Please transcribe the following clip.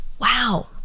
wow